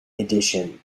edition